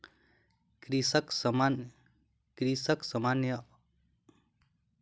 कृषक सामान्य आ अंकुरित बीयाक चूनअ के दुविधा में छल